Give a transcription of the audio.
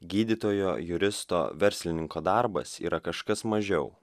gydytojo juristo verslininko darbas yra kažkas mažiau